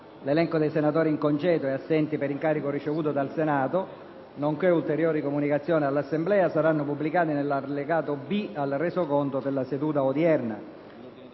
L'elenco dei senatori in congedo e assenti per incarico ricevuto dal Senato, nonché ulteriori comunicazioni all'Assemblea saranno pubblicati nell'allegato B al Resoconto della seduta odierna.